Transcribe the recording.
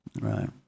Right